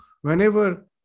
whenever